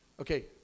Okay